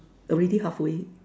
already halfway